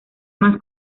más